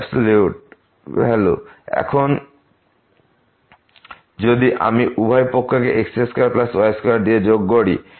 absolute এখন যদি আমি উভয় পক্ষকে এই x2y2 দিয়ে যোগ করি